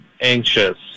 anxious